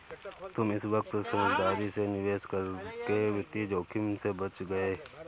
तुम इस वक्त समझदारी से निवेश करके वित्तीय जोखिम से बच गए